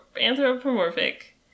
anthropomorphic